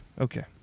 okay